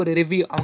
review